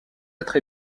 être